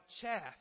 chaff